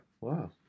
Wow